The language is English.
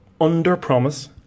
Under-promise